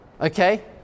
okay